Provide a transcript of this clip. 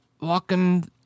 walking